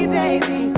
baby